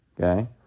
Okay